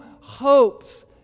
hopes